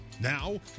Now